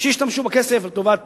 שישתמשו בכסף לטובת